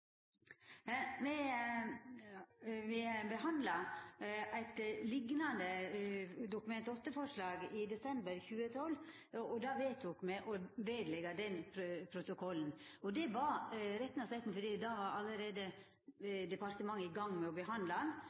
Me behandla eit liknande Dokument 8-forslag i desember 2012, og da vedtok me å leggja det ved protokollen. Det var rett og slett fordi departementet allereie var i gang med å behandla